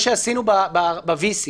אומרים "לתיקון ולקיום", כמו שעשינו ב-VC.